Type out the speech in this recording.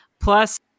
Plus